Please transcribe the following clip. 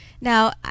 Now